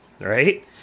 Right